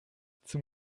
zum